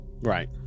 right